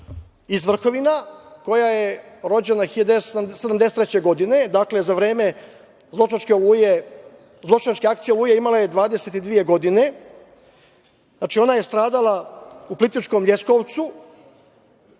iz Vrhovina, koja je rođena 1973. godine, dakle, za vreme zločinačke akcije „Oluje“ imala je 22 godine. Znači, ona je stradala u Plitvičkom LJeskovcu,